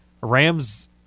Rams